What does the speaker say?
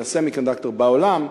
של הסמיקונדקטור בעולם,